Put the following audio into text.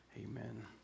Amen